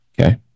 okay